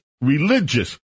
religious